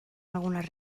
algunes